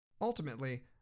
Ultimately